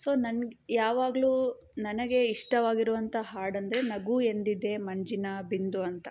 so ನನ್ಗೆ ಯಾವಾಗಲೂ ನನಗೆ ಇಷ್ಟವಾಗಿರುವಂಥ ಹಾಡೆಂದರೆ ನಗು ಎಂದಿದೆ ಮಂಜಿನ ಬಿಂದು ಅಂತ